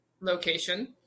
location